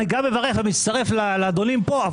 אני גם מברך ומצטרף לאדונים פה,